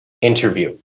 interview